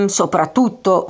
soprattutto